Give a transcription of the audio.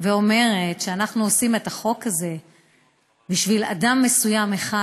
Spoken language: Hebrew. ואומרת שאנחנו עושים את החוק הזה בשביל אדם מסוים אחד,